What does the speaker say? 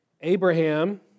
Abraham